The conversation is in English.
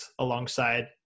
alongside